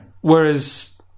Whereas